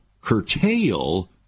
curtail